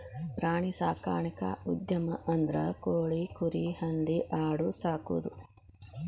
ಪ್ರಾಣಿ ಸಾಕಾಣಿಕಾ ಉದ್ಯಮ ಅಂದ್ರ ಕೋಳಿ, ಕುರಿ, ಹಂದಿ ಆಡು ಸಾಕುದು